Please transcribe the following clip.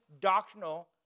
doctrinal